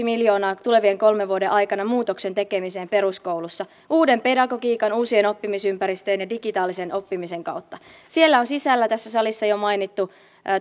miljoonaa tulevien kolmen vuoden aikana muutoksen tekemiseen peruskoulussa uuden pedagogiikan uusien oppimisympäristöjen ja digitaalisen oppimisen kautta siellä on sisällä tässä salissa jo mainittu